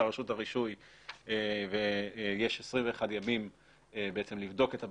לרשות הרישוי יש 21 ימים לבדוק את הבקשה.